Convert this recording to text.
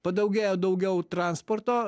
padaugėja daugiau transporto